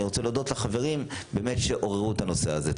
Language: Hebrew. אני רוצה להודות לחברים באמת שעוררו את הנושא הזה.